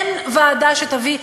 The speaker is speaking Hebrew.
אין ועדה שתביא,